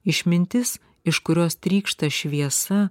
išmintis iš kurios trykšta šviesa